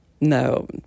no